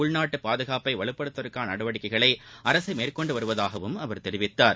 உள்நாட்டு பாதுகாப்பை வலுப்படுத்துவதற்கான நடவடிக்கைகளை அரசு மேற்கொண்டு வருவதாகவும் அவர் தெரிவித்தார்